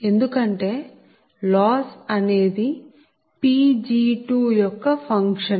ఎందుకంటే లాస్ అనేది Pg2 యొక్క ఫంక్షన్